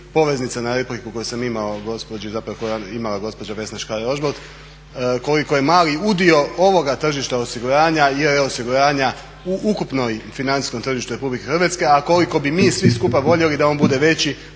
poveznica na repliku koju je imala gospođa Vesna Škare-Ožbolt, koliko je mali udio ovoga tržišta osiguranja, … osiguranja u ukupnom financijskom tržištu Republike Hrvatske, a koliko bi mi svi skupa voljeli da on bude veći